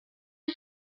peu